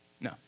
No